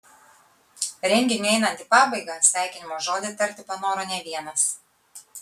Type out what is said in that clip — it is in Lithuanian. renginiui einant į pabaigą sveikinimo žodį tarti panoro ne vienas